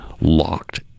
locked